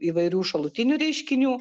įvairių šalutinių reiškinių